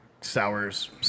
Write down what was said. sours